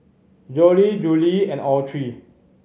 Jolie Julie and Autry